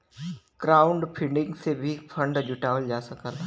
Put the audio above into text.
crowdfunding से भी fund जुटावल जा सकला